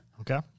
Okay